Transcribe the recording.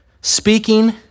speaking